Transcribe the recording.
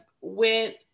went